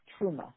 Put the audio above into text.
Truma